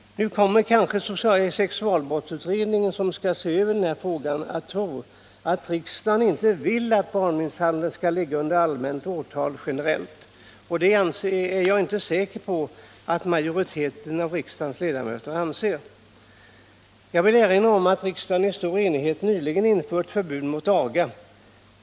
Nu kommer kanske sexualbrottsutredningen, som skall se över den här frågan, att tro att riksdagen inte vill att barnmisshandel skall ligga under allmänt åtal generellt. Och det är jag inte så säker på att majoriteten av riksdagens ledamöter anser. Jag vill erinra om att riksdagen i stor enighet nyligen infört förbud mot aga.